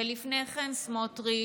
ולפני כן סמוטריץ',